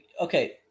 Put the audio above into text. okay